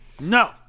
No